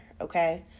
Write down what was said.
okay